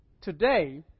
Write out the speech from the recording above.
today